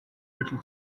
little